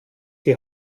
die